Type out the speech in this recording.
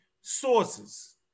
sources